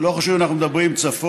ולא חשוב אם אנחנו מדברים צפונה,